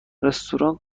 رستوران